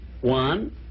One